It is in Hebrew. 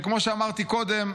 כמו שאמרתי קודם,